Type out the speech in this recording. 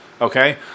Okay